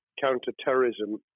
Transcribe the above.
counter-terrorism